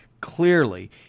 Clearly